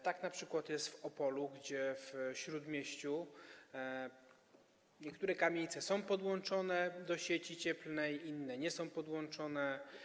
Tak np. jest w Opolu, gdzie w śródmieściu niektóre kamienice są podłączone do sieci cieplnej, inne nie są podłączone.